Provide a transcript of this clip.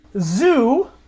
Zoo